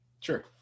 Sure